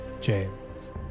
James